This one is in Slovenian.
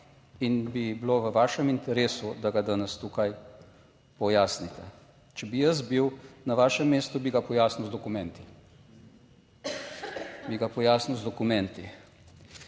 in bi bilo v vašem interesu, da ga danes tukaj pojasnite. Če bi jaz bil na vašem mestu, bi ga pojasnil z dokumenti. Bi ga pojasnil z dokumenti.